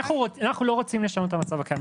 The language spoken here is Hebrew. אנחנו לא רוצים לשנות את המצב הקיים,